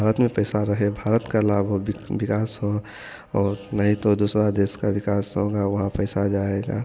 भारत में पैसा रहे भारत का लाभ हो विकास हो और नहीं तो दूसरे देश का विकास होगा वहाँ पैसा जाएगा